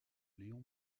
léon